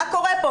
מה קורה כאן,